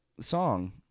song